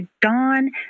Dawn